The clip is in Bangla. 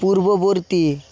পূর্ববর্তী